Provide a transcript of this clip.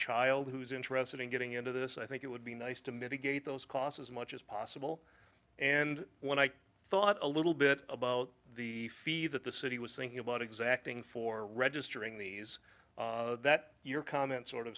child who's interested in getting into this i think it would be nice to mitigate those costs as much as possible and when i thought a little bit about the fee that the city was thinking about exacting for registering these that your comment sort of